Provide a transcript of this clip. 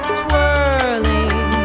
twirling